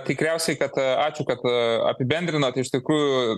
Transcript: tikriausiai kad ačiū kad apibendrinot iš tikrųjų